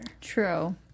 True